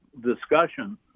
discussion